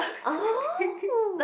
oh